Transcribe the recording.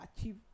achieve